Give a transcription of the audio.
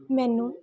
ਮੈਨੂੰ